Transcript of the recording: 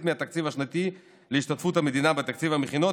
מהתקציב השנתי להשתתפות המדינה בתקציב המכינות,